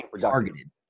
targeted